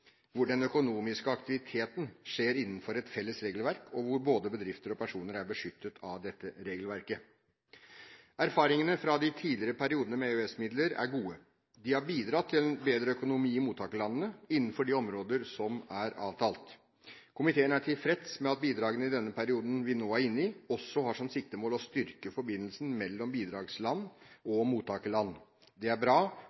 hvor den økonomiske aktiviteten skjer innenfor et felles regelverk, og hvor både bedrifter og personer er beskyttet av dette regelverket. Erfaringene fra de tidligere periodene med EØS-midler er gode. De har bidratt til bedre økonomi i mottakerlandene, innenfor de områder som er avtalt. Komiteen er tilfreds med at bidragene i perioden vi nå er inne i, også har som siktemål å styrke forbindelsen mellom bidragsland og mottakerland. Det er bra